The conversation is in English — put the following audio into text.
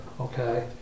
okay